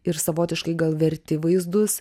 ir savotiškai gal verti vaizdus